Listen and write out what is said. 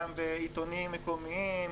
גם בעיתונים מקומיים,